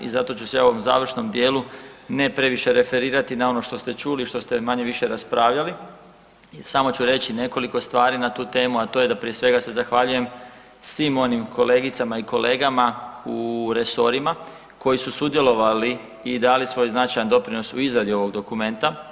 I zato ću se ja u ovom završnom dijelu ne previše referirati na ono što ste čuli i što ste manje-više raspravljali, samo ću reći nekoliko stvari na tu temu, a to je da se prije svega zahvaljujem svim onim kolegicama i kolegama u resorima koji su sudjelovali i dali svoj značajan doprinos u izradi ovog dokumenta.